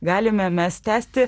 galime mes tęsti